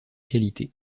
localité